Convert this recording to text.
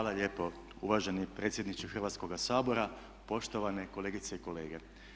Hvala lijepo uvaženi predsjedniče Hrvatskoga sabora, poštovane kolegice i kolege.